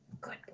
Good